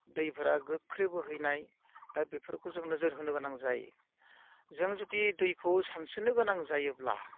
दैफोरा गोख्रै बोहैनाय दा बेफोरखौ जों नोजोर होनो गोनां जायो जों जुदि दैखौ सानस्रिनो गोनां जायोब्ला